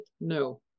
no